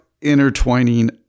intertwining